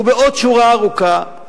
ובעוד שורה ארוכה,